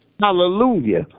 Hallelujah